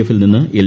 എഫിൽ നിന്ന് എൽ